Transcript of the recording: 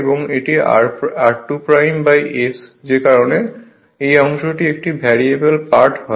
এবং এটি r2S যে কারণে এই অংশটি একটি ভ্যারিয়েবল পার্ট হয়